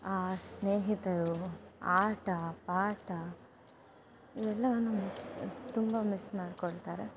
ಆ ಸ್ನೇಹಿತರು ಆಟ ಪಾಠ ಇದೆಲ್ಲವನ್ನು ಮಿಸ್ ತುಂಬ ಮಿಸ್ ಮಾಡಿಕೊಳ್ತಾರೆ